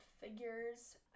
figures